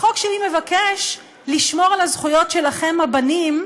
החוק שלי מבקש לשמור על הזכויות שלכם, הבנים,